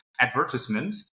advertisement